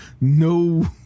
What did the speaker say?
no